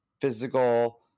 physical